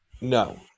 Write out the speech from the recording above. No